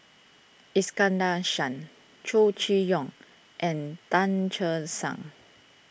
Iskandar Shah Chow Chee Yong and Tan Che Sang